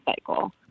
cycle